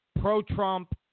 pro-Trump